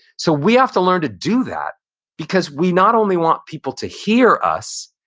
so we have to learn to do that because we not only want people to hear us.